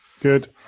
Good